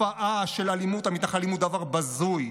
תופעה של "אלימות המתנחלים", הוא דבר בזוי.